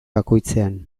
bakoitzean